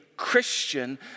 christian